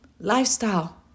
Lifestyle